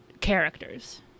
characters